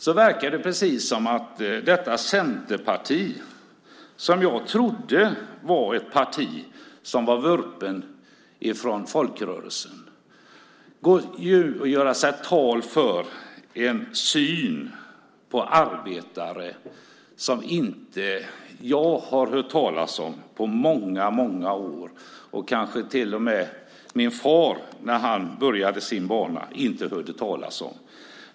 Då verkar det precis som att man från detta centerparti, som jag trodde var ett parti som är "vurpet" från folkrörelsen, går ut och gör sig till talesman för en syn på arbetare som jag inte har hört talas om på många, många år. Kanske hörde inte ens min far talas om den när han började sin bana.